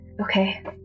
Okay